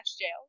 Jail